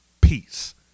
peace